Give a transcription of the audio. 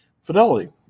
Fidelity